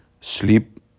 sleep